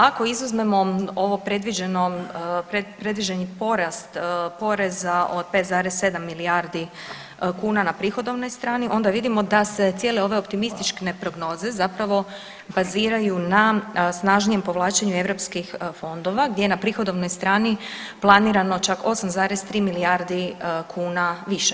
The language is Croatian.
Ako izuzmemo ovo predviđeno, predviđeni porast poreza od 5,7 milijardi kuna na prihodovnoj strani onda vidimo da se cijele ove optimističke prognoze zapravo baziraju na snažnijem povlačenju europskih fondova gdje je na prihodovnoj strani planirano čak 8,3 milijardi kuna više.